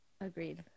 Agreed